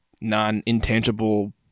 non-intangible